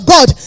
God